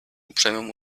uprzejmą